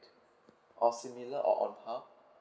or similar or on par